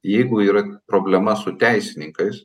jeigu yra problema su teisininkais